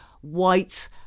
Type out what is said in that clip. white